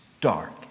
Dark